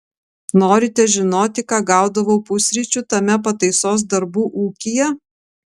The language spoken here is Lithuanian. norite žinoti ką gaudavau pusryčių tame pataisos darbų ūkyje